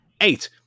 Eight